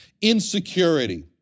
insecurity